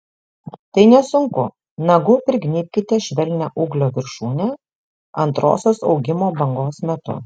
tai nesunku nagu prignybkite švelnią ūglio viršūnę antrosios augimo bangos metu